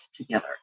together